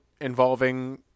involving